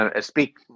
speak